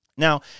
Now